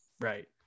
Right